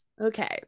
okay